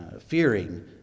fearing